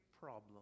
problem